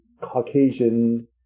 Caucasian